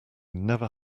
never